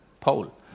poll